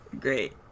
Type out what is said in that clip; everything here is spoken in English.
Great